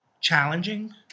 challenging